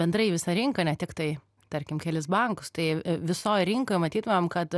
bendrai visą rinką ne tiktai tarkim kelis bankus tai visoj rinkoj matytumėm kad